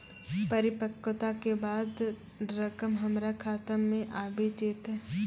परिपक्वता के बाद रकम हमरा खाता मे आबी जेतै?